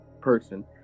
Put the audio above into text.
person